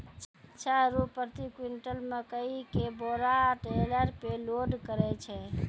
छह रु प्रति क्विंटल मकई के बोरा टेलर पे लोड करे छैय?